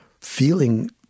feeling